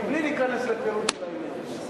מבלי להיכנס לפירוט של העניין.